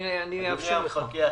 אני אאפשר לך.